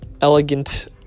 elegant